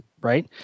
right